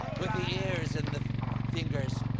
with the ears and the fingers.